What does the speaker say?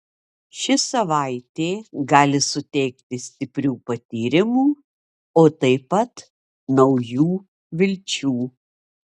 ši savaitė gali suteikti stiprių patyrimų o taip pat naujų vilčių